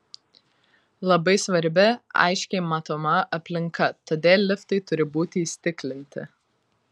labai svarbi aiškiai matoma aplinka todėl liftai turi būti įstiklinti